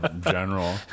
general